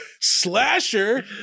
Slasher